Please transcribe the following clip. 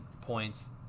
points